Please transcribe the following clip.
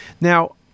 Now